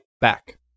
back